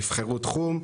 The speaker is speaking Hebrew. תבחרו תחום,